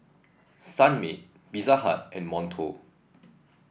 Sunmaid Pizza Hut and Monto